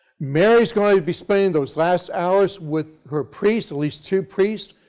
mary is going to be spending those last hours with her priest, at least two priests,